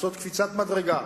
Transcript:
לעשות קפיצת מדרגה,